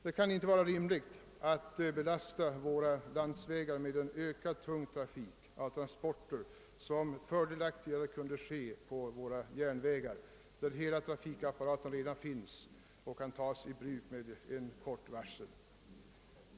Det kan inte vara rimligt att belasta våra landsvägar med en ökad tung trafik med transporter vilka fördelaktigare kunde ske på våra järnvägar, där hela trafikapparaten redan finns och kan tas i bruk med kort varsel.